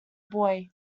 buoy